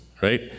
right